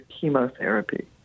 chemotherapy